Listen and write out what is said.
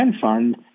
fund